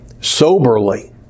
soberly